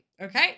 okay